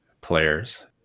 players